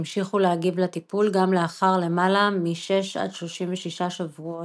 המשיכו להגיב לטיפול גם לאחר למעלה מ-6-36 שבועות.